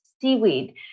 seaweed